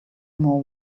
more